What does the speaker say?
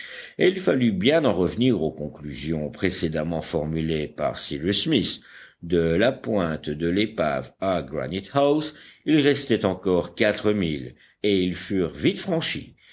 et il fallut bien en revenir aux conclusions précédemment formulées par cyrus smith de la pointe de l'épave à granite house il restait encore quatre milles et ils furent vite franchis